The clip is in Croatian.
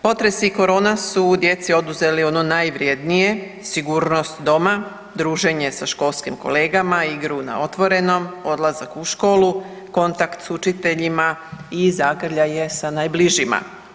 Potres i korona su djeci oduzeli ono najvrijednije sigurnost doma, druženje sa školskim kolegama, igru na otvorenom, odlazak u školu, kontakt s učiteljima i zagrljaje sa najbližima.